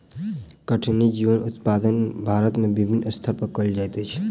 कठिनी जीवक उत्पादन भारत में विभिन्न स्तर पर कयल जाइत अछि